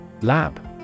Lab